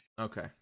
Okay